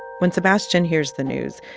when sebastian hears the news,